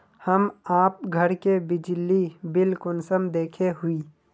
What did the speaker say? हम आप घर के बिजली बिल कुंसम देखे हुई?